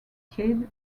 kidd